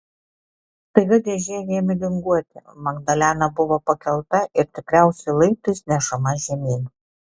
staiga dėžė ėmė linguoti magdalena buvo pakelta ir tikriausiai laiptais nešama žemyn